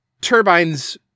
turbines